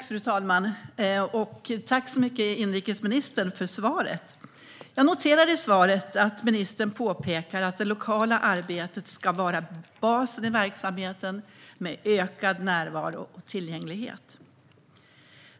Fru talman! Jag tackar inrikesministern för svaret. Jag noterar i svaret att ministern påpekar att det lokala arbetet ska vara basen i verksamheten, med ökad närvaro och tillgänglighet.